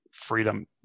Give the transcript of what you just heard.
freedom